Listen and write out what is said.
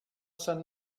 sant